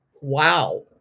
wow